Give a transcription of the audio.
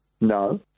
No